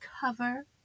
cover